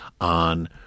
on